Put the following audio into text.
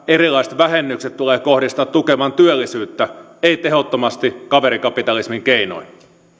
erilaiset vähennykset tulee kohdistaa tukemaan työllisyyttä ei tehottomasti kaverikapitalismin keinoin